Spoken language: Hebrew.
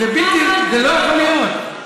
זה לא יכול להיות.